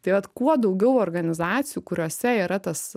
tai vat kuo daugiau organizacijų kuriose yra tas